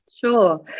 Sure